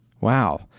Wow